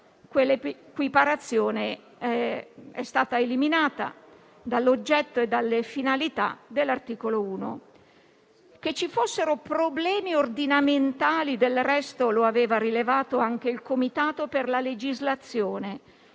quell'equiparazione è stata eliminata dall'oggetto e dalle finalità dell'articolo 1 del suddetto provvedimento. Che ci fossero problemi ordinamentali, del resto lo aveva rilevato anche il Comitato per la legislazione